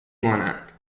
مانند